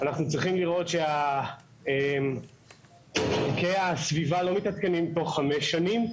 אנחנו צריכים לראות שערכי הסביבה לא מתעדכנים תוך חמש שנים,